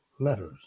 Letters